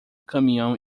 caminhão